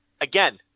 Again